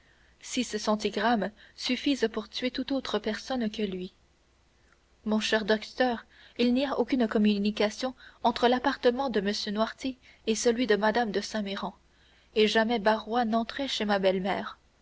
successives six centigrammes suffisent pour tuer toute autre personne que lui mon cher docteur il n'y a aucune communication entre l'appartement de m noirtier et celui de mme de saint méran et jamais barrois n'entrait chez ma belle-mère